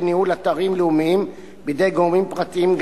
ניהול אתרים לאומיים בידי גורמים פרטיים,